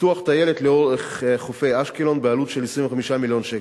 פיתוח טיילת לאורך חופי אשקלון בעלות של 25 מיליון שקל,